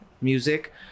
music